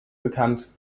bekannt